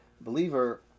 Believer